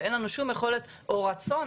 ואין לנו שום יכולת או רצון,